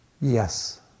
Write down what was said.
Yes